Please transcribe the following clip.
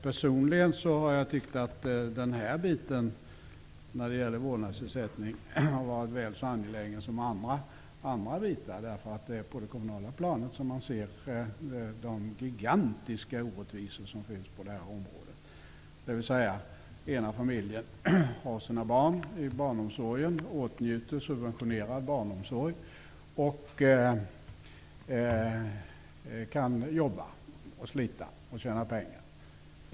Personligen har jag tyckt att frågan om vårdnadsersättning har varit väl så angelägen som andra frågor, därför att det är på det kommunala planet man kan se de gigantiska orättvisor som finns på det här området, dvs. att den ena familjen har sina barn i barnomsorgen, åtnjuter subventionerad barnomsorg och därmed kan jobba, slita och tjäna pengar.